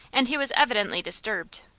and he was evidently disturbed.